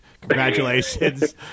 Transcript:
Congratulations